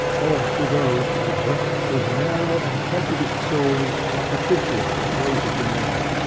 or to those rather, whose narrow and prejudiced souls, are habitually opposing the measure,